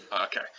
Okay